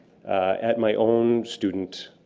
at my own student